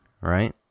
right